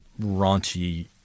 raunchy